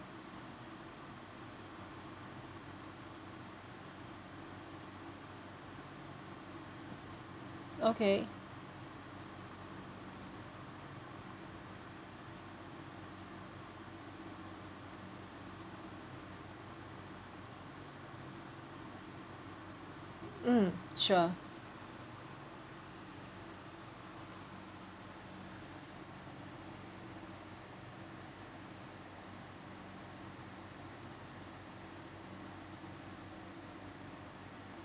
okay mm sure